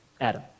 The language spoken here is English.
Adam